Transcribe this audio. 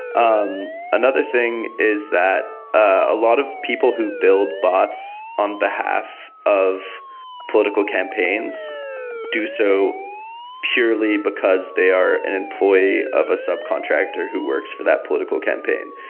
um another thing is that a lot of people who build bots on behalf of political campaigns do so purely, because they are an employee of a subcontractor who works for that political campaign.